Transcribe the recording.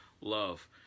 love